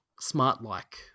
Smart-like